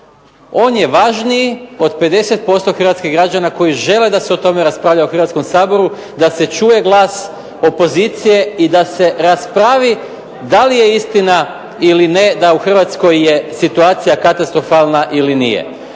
On je važniji od 50% hrvatskih građana koji žele da se o tome raspravlja u Hrvatskom saboru, da se čuje glas opozicije i da se raspravi da li je istina ili ne da u Hrvatskoj je situacija katastrofalna ili nije.